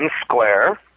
Square